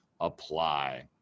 apply